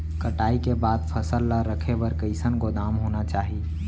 कटाई के बाद फसल ला रखे बर कईसन गोदाम होना चाही?